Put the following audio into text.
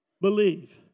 believe